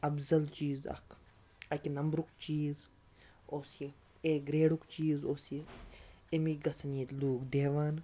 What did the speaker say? افضل چیٖز اَکھ اَکہِ نمبرُک چیٖز اوس یہِ اے گرٛیڈُک چیٖز اوس یہِ اَمی گژھن ییٚتہِ لوٗکھ دیوان